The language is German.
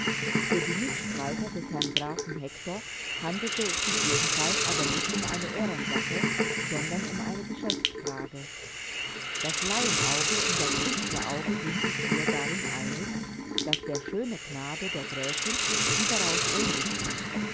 für die mitstreiter des herrn grafen hektor handelte es sich jedenfalls aber nicht um eine ehrensache sondern um eine geschäftsfrage das laienauge und das künstlerauge sind sich darin einig daß der schöne knabe der gräfin überaus ähnlich sieht